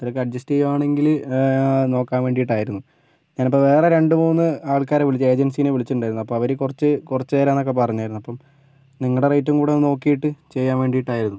ഇത്തിരിയൊക്കെ adjust ചെയ്യുവാണെങ്കില് നോക്കാൻ വേണ്ടിയിട്ടായിരുന്നു ഞാനപ്പോൾ വേറെ രണ്ട് മൂന്ന് ആൾക്കാരെ വിളിച്ച് ഏജൻസീനെ വിളിച്ചിട്ടുണ്ടായിരുന്നു അപ്പോൾ അവര് കുറച്ച് കുറച്ച് തരാന്നൊക്കെ പറഞ്ഞായിരുന്നു അപ്പം നിങ്ങളുടെ റേറ്റും കൂടെ ഒന്ന് നോക്കിയിട്ട് ചെയ്യാൻ വേണ്ടിയിട്ടായിരുന്നു